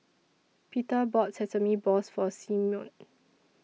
Peter bought Sesame Balls For Simeon